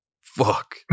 fuck